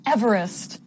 Everest